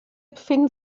befinden